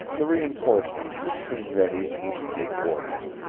the reinforcements were soon ready to take orders,